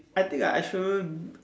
I think like I shouldn't